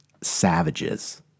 Savages